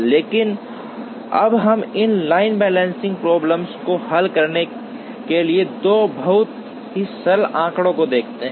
लेकिन तब हम इस लाइन बैलेंसिंग प्रॉब्लम को हल करने के लिए दो बहुत ही सरल आंकड़ो को देखेंगे